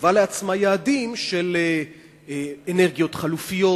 וקבעה לעצמה יעדים של אנרגיות חלופיות,